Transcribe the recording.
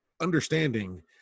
understanding